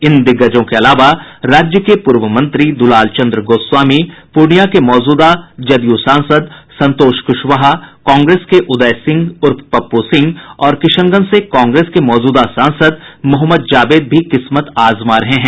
इन दिग्गजों के अलावा राज्य के पूर्व मंत्री दुलालचंद गोस्वामी पूर्णिया के मौजूदा जदयू सांसद संताष कुशवाहा कांग्रेस के उदय सिंह उर्फ पप्पू सिंह और किशनगंज से कांग्रेस के मौजूदा सांसद मोहम्मद जावेद भी किस्मत आजमा रहे हैं